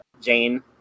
Jane